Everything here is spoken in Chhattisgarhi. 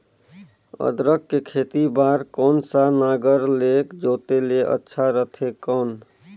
अदरक के खेती बार कोन सा नागर ले जोते ले अच्छा रथे कौन?